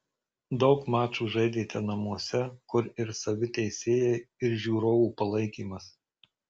daug mačų žaidėte namuose kur ir savi teisėjai ir žiūrovų palaikymas